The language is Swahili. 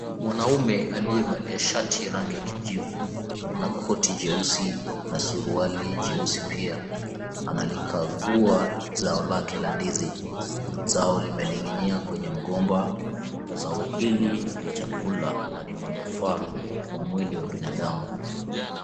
Mwanamume aliyevalia shati rangi kijivu, na koti nyeusi na suruali jeusi pia. Analikagua zao lake na ndizi, zao limening'inia kwenye mgomba. Na zao hili ni chakula, na ni manufaa kwa mwili wa binadamu.